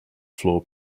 floor